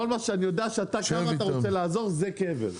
כל מה שאני יודע שאתה כאן ואתה רוצה לעזור זה קבר.